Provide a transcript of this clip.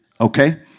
Okay